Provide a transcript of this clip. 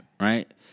right